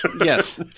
Yes